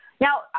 Now